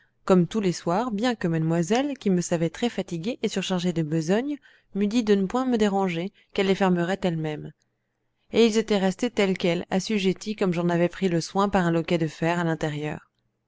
comme tous les soirs bien que mademoiselle qui me savait très fatigué et surchargé de besogne m'eût dit de ne point me déranger qu'elle les fermerait elle-même et ils étaient restés tels quels assujettis comme j'en avais pris le soin par un loquet de fer à l'intérieur